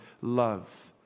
love